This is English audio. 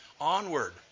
onward